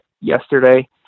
yesterday